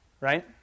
right